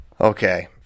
Okay